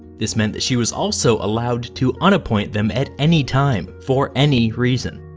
this meant that she was also allowed to un-appoint them at any time, for any reason.